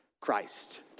Christ